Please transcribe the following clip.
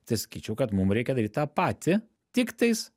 tai sakyčiau kad mum reikia daryt tą patį tiktais